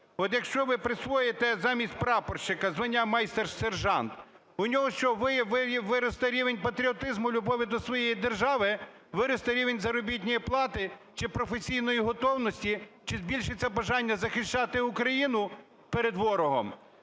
от якщо ви присвоїте замість прапорщика звання майстер-сержант, у нього що, виросте рівень патріотизму, любові до своєї держави? Виросте рівень заробітної плати чи професійної готовності, чи збільшиться бажання захищати Україну перед ворогом?